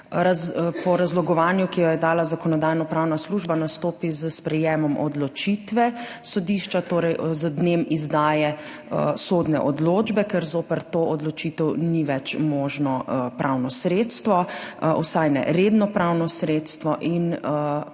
obrazložitvi, ki jo je dala Zakonodajno-pravna služba, nastopi s sprejetjem odločitve sodišča, torej z dnem izdaje sodne odločbe, ker zoper to odločitev ni več možno pravno sredstvo, vsaj ne redno pravno sredstvo. In